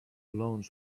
loans